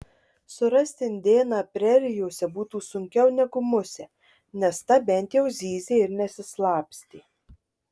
surasti indėną prerijose būtų sunkiau negu musę nes ta bent jau zyzė ir nesislapstė